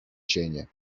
cienie